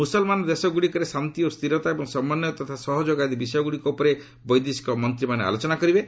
ମୁସଲ୍ମାନ ଦେଶଗୁଡ଼ିକରେ ଶାନ୍ତି ଓ ସ୍ଥିରତା ଏବଂ ସମନ୍ୱୟ ତଥା ସହଯୋଗ ଆଦି ବିଷୟଗୁଡ଼ିକ ଉପରେ ବୈଦେଶିକ ମନ୍ତ୍ରୀମାନେ ଆଲୋଚନା କରିବେ